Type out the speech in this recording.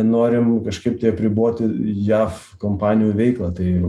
norim kažkaip tai apriboti jav kompanijų veiklą tai